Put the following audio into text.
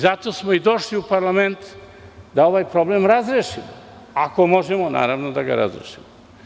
Zato smo i došli u parlament da ovaj problem razrešimo, ako možemo da ga razrešimo.